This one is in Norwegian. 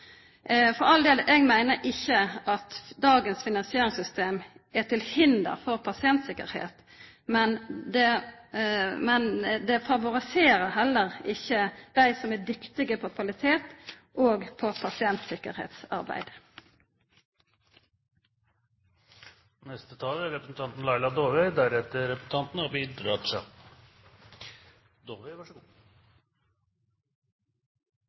For all del: Eg meiner ikkje at dagens finansieringssystem er til hinder for pasienttryggleik, men det favoriserer heller ikkje dei som er dyktige når det gjeld kvalitet og arbeidet med pasienttryggleik. Fellesnevneren for de sakene som i dag er